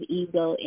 ego